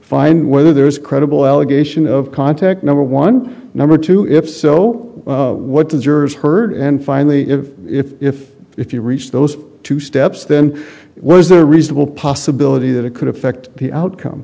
find whether there was credible allegation of contact number one number two if so what deserves heard and finally if if if if you reach those two steps then what is a reasonable possibility that it could affect the outcome